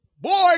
Boy